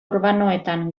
urbanoetan